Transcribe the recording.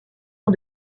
ans